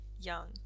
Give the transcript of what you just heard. young